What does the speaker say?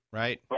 right